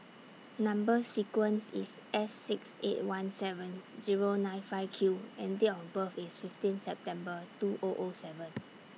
Number sequence IS S six eight one seven Zero nine five Q and Date of birth IS fifteenth September two O O seven